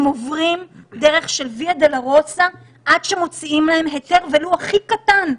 הם עוברים דרך של ויה דולורוזה עד שמוציאים להם היתר ולוא הכי קטן.